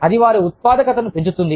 అది వారి ఉత్పాదకతను పెంచుతుంది